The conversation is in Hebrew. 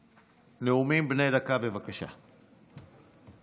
(תיקון, העברת שירותי